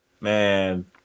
Man